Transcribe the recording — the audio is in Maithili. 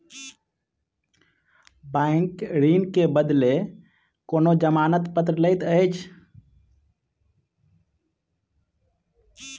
बैंक ऋण के बदले कोनो जमानत पत्र लैत अछि